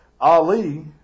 Ali